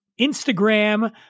Instagram